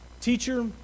Teacher